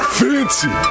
fancy